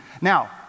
Now